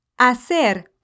hacer